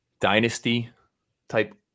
dynasty-type